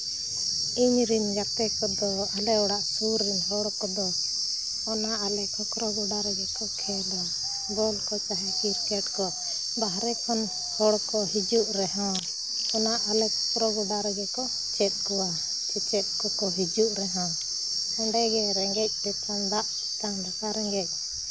ᱤᱧᱨᱮᱱ ᱜᱟᱛᱮ ᱠᱚᱫᱚ ᱟᱞᱮ ᱚᱲᱟᱜ ᱥᱩᱨ ᱨᱮᱱ ᱦᱚᱲ ᱠᱚᱫᱚ ᱚᱱᱟ ᱟᱞᱮ ᱠᱷᱚᱠᱠᱨᱚ ᱜᱳᱰᱟ ᱨᱮᱜᱮ ᱠᱚ ᱠᱷᱮᱞᱟ ᱵᱚᱞ ᱠᱚ ᱪᱟᱦᱮ ᱠᱨᱤᱠᱮᱴ ᱠᱚ ᱵᱟᱦᱨᱮ ᱠᱷᱚᱱ ᱦᱚᱲ ᱠᱚ ᱦᱤᱡᱩᱜ ᱨᱮᱦᱚᱸ ᱚᱱᱟ ᱟᱞᱮ ᱠᱷᱚᱠᱠᱨᱚ ᱜᱳᱰᱟ ᱨᱮᱜᱮ ᱠᱚ ᱪᱮᱫ ᱠᱚᱣᱟ ᱪᱮᱪᱮᱫ ᱠᱚᱠᱚ ᱦᱤᱡᱩᱜ ᱨᱮᱦᱚᱸ ᱚᱸᱰᱮ ᱜᱮ ᱨᱮᱸᱜᱮᱡ ᱛᱮᱛᱟᱝ ᱫᱟᱜ ᱛᱮᱛᱟᱝ ᱫᱟᱠᱟ ᱨᱮᱸᱜᱮᱡ